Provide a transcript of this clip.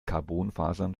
carbonfasern